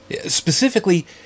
specifically